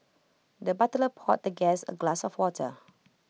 the butler poured the guest A glass of water